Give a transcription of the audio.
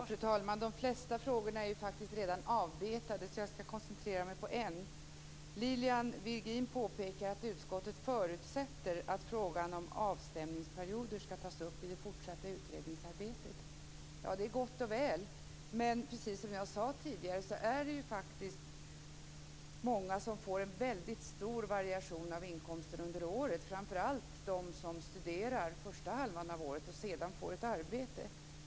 Fru talman! De flesta frågorna är redan avbetade, så jag skall koncentrera mig på en fråga. Lilian Virgin påpekar att utskottet förutsätter att frågan om avstämningsperioder skall tas upp i det fortsatta utredningsarbetet, och det är gott och väl. Men som jag sade tidigare är det många som har en väldigt stor variation i inkomster under året. Det är framför allt de som studerar första halvan av året och sedan får ett arbete.